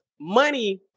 money